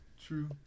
True